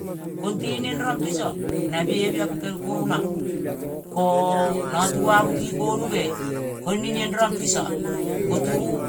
Kong te niengiong piso nabie bioo pikel kuruno, ko notubuobu ti konuge konenieng rong piso ko turubu